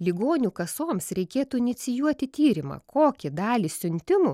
ligonių kasoms reikėtų inicijuoti tyrimą kokią dalį siuntimų